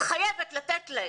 חייבת לתת להם.